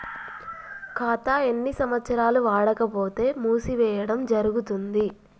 ఖాతా ఎన్ని సంవత్సరాలు వాడకపోతే మూసివేయడం జరుగుతుంది?